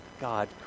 God